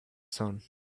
sun